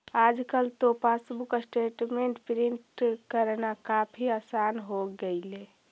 आजकल तो passbook statement print करना काफी आसान हो गईल